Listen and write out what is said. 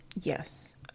Yes